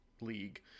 League